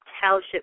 township